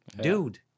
Dude